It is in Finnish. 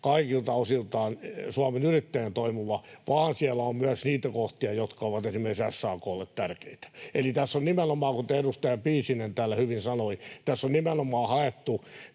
kaikilta osiltaan Suomen Yrittäjien toivoma, vaan siellä on myös niitä kohtia, jotka ovat esimerkiksi SAK:lle tärkeitä. Eli tässä on nimenomaan — kuten edustaja Piisinen täällä hyvin sanoi — haettu